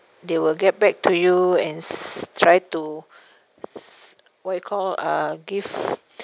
they will get back to you and s~ try to s~ what you call uh give